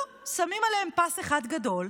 לא, שמים עליהם פס אחד גדול,